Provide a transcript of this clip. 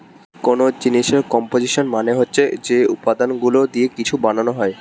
কোন জিনিসের কম্পোসিশন মানে হচ্ছে যে উপাদানগুলো দিয়ে কিছু বানানো হয়